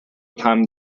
time